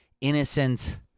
innocent